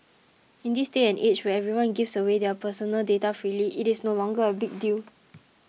in this day and age where everyone gives away their personal data freely it is no longer a big deal